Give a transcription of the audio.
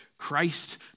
Christ